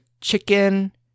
chicken